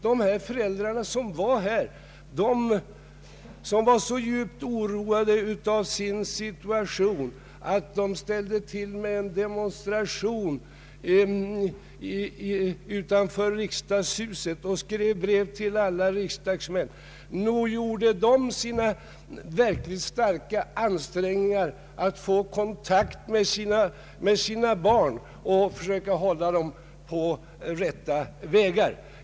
Nog hade de föräldrar som var så djupt oroade av sin situation att de demonstrerade utanför riksdagshuset och skrev brev till alla riksdagsmän gjort verkligt starka ansträngningar för att få kontakt med sina barn och försöka hålla dem på rätta vägar.